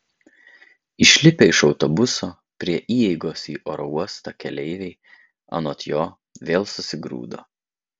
išlipę iš autobuso prie įeigos į oro uostą keleiviai anot jo vėl susigrūdo